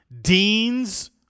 Dean's